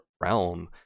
realm